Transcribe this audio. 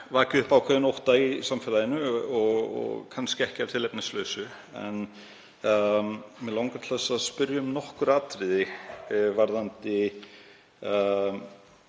vakið upp ákveðinn ótta í samfélaginu og kannski ekki að tilefnislausu. Mig langar að spyrja um nokkur atriði varðandi